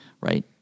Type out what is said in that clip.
right